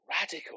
radical